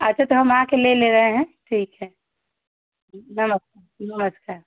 अच्छा तो हम आकर ले ले रहें हैं ठीक है नमस्कार नमस्कार